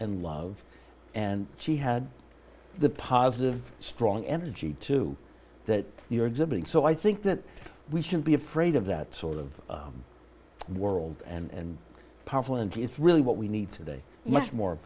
and love and she had the positive strong energy too that you're exhibiting so i think that we shouldn't be afraid of that sort of world and powerful and it's really what we need today much more